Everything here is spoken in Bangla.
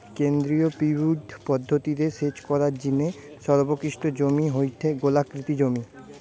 কেন্দ্রীয় পিভট পদ্ধতি রে সেচ করার জিনে সর্বোৎকৃষ্ট জমি হয়ঠে গোলাকৃতি জমি